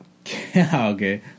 okay